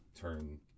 turn